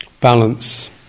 balance